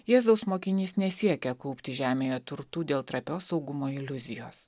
jėzaus mokinys nesiekia kaupti žemėje turtų dėl trapios saugumo iliuzijos